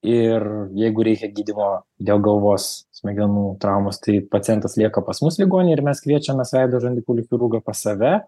ir jeigu reikia gydymo dėl galvos smegenų traumos tai pacientas lieka pas mus ligoninėj ir mes kviečiames veido žandikaulių chirurgą pas save